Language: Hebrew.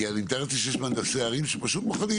כי אני מתאר לעצמי שיש מהנדסי ערים שפשוט פוחדים.